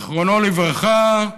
זיכרונו לברכה,